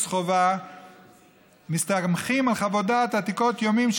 חובה מסתמכים על חוות דעת עתיקות יומין,